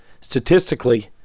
statistically